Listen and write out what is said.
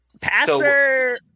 Passer